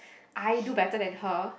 I do better than her